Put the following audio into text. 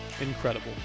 Incredible